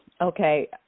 Okay